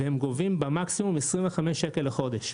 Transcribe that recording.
והם גובים במקסימום 25 שקל בחודש,